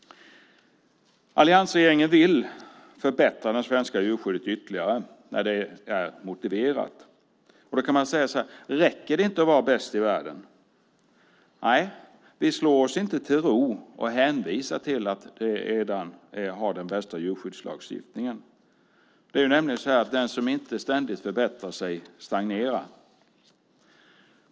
Alliansregeringen vill förbättra det svenska djurskyddet ytterligare när det är motiverat. Då kan man säga: Räcker det inte att vara bäst i världen? Nej, vi slår oss inte till ro och hänvisar till att vi redan har den bästa djurskyddslagstiftningen. Den som inte ständigt förbättrar sig stagnerar.